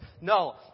no